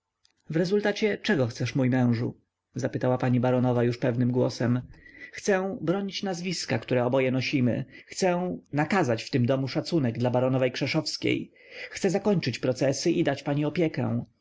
w rezultacie czego chcesz mój mężu zapytała pani baronowa już pewnym głosem chcę bronić nazwiska które oboje nosimy chcę nakazać w tym domu szacunek dla baronowej krzeszowskiej chcę zakończyć procesy i dać pani opiekę